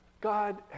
God